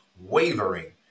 wavering